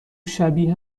شبیه